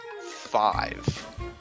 five